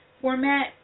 format